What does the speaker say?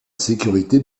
sécurité